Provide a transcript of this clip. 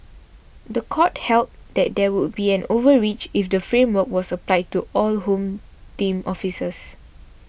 the court held that there would be an overreach if the framework was applied to all Home Team officers